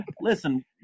Listen